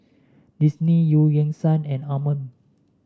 Disney Eu Yan Sang and Anmum